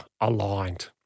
aligned